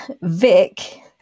Vic